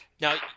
Now